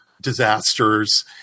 disasters